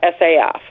SAF